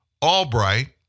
Albright